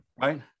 Right